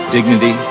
Dignity